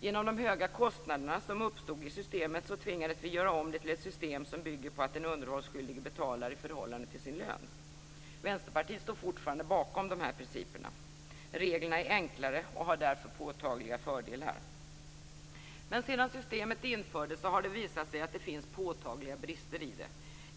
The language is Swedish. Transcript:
Genom att så höga kostnader uppstod i systemet tvingades vi göra om det till ett system som bygger på att den underhållsskyldige betalar i förhållande till sin lön. Vänsterpartiet står fortfarande bakom dessa principer. Reglerna är enklare och har därför påtagliga fördelar. Men sedan systemet infördes har det visat sig att det finns påtagliga brister i det.